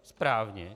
Správně.